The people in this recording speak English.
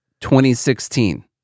2016